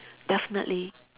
definitely